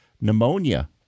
pneumonia